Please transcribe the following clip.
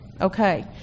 Okay